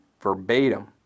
verbatim